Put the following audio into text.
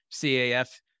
CAF